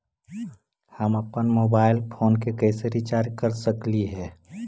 हम अप्पन mobile phone के कैसे रिचार्ज कर सकली हे?